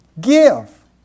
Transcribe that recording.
Give